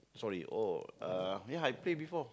sorry oh uh ya I pay before